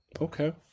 Okay